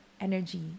energy